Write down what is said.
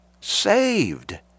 saved